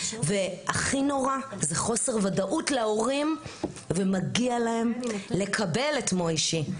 הכי נורא הוא חוסר וודאות להורים ומגיע להם לקבל את מויישי,